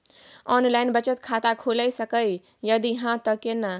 Online बचत खाता खुलै सकै इ, यदि हाँ त केना?